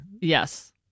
Yes